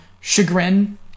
chagrin